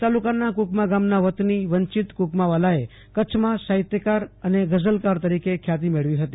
ભુજ તાલુકાના કુકમા ગામના વેતની વંચિત કુકમા વાલાએ કરછમાં સાહિત્યકાર અને ગજલકાર તરીકે ખ્યાતી મેળવી હતી